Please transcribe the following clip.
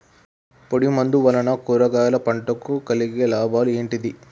పొడిమందు వలన కూరగాయల పంటకు కలిగే లాభాలు ఏంటిది?